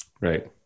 Right